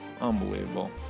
Unbelievable